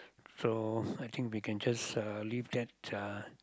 so I think we can just uh leave that uh